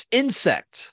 insect